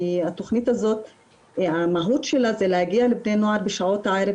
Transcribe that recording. כי המהות של התוכנית הזאת זה להגיע לבני נוער בשעות הערב,